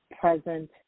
present